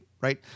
right